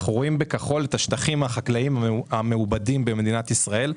אנחנו רואים את השטחים המעובדים במדינת ישראל,